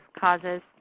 causes